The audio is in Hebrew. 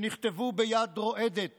שנכתבו ביד רועדת